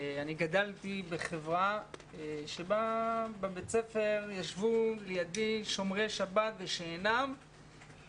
גדלתי בחברה שבה בבית הספר ישבו לידי שומרי שבת ושאינם שומרי שבת,